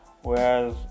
whereas